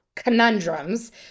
conundrums